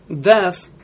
death